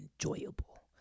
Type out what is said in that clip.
enjoyable